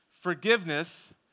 forgiveness